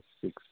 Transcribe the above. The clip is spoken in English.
six